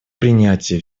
принятии